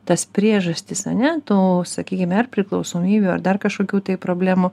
tas priežastis ar ne to sakykime ar priklausomybių ar dar kažkokių tai problemų